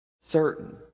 certain